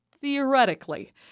theoretically